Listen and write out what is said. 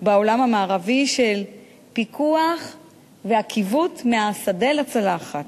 בעולם המערבי של פיקוח ומעקב מהשדה לצלחת.